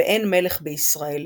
ו"אין מלך בישראל",